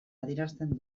adierazten